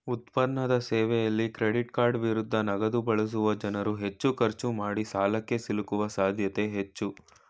ಉತ್ಪನ್ನದ ಸೇವೆಯಲ್ಲಿ ಕ್ರೆಡಿಟ್ಕಾರ್ಡ್ ವಿರುದ್ಧ ನಗದುಬಳಸುವ ಜನ್ರುಹೆಚ್ಚು ಖರ್ಚು ಮಾಡಿಸಾಲಕ್ಕೆ ಸಿಲುಕುವ ಸಾಧ್ಯತೆ ಹೆಚ್ಚು